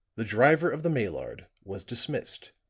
the driver of the maillard was dismissed,